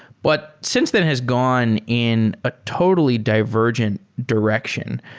but since then has gone in a totally divergent direction.